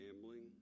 gambling